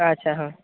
ᱟᱪᱪᱷᱟ ᱦᱮᱸ